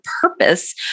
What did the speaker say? purpose